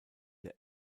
der